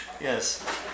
Yes